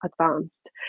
advanced